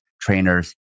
trainers